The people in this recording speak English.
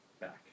back